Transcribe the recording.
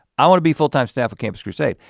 i want to be full time staff at campus crusade.